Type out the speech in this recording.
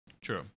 True